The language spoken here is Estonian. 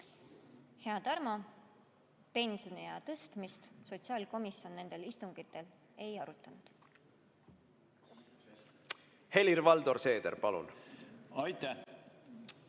Hea Tarmo! Pensioniea tõstmist sotsiaalkomisjon nendel istungitel ei arutanud. Helir-Valdor Seeder, palun! Aitäh!